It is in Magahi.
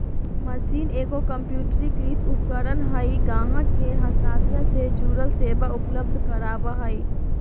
मशीन एगो कंप्यूटरीकृत उपकरण हइ ग्राहक के हस्तांतरण से जुड़ल सेवा उपलब्ध कराबा हइ